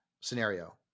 scenario